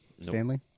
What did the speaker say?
Stanley